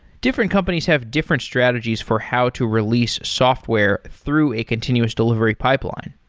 different companies have different strategies for how to release software through a continuous delivery pipeline.